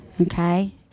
okay